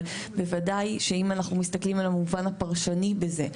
אבל בוודאי שאם אנחנו מסתכלים על המובן הפרשני בזה,